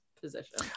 position